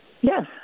Yes